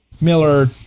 Miller